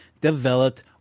developed